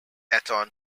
eton